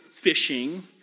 fishing